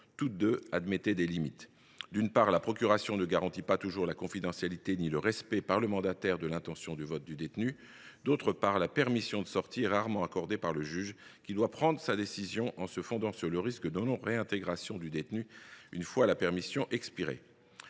Toutes deux admettaient des limites. D’une part, la procuration ne garantit pas toujours la confidentialité ni le respect par le mandataire de l’intention de vote du détenu. D’autre part, la permission de sortir est rarement accordée par le juge, qui doit prendre sa décision en se fondant sur le risque de non réintégration du détenu une fois la permission expirée.